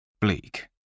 Bleak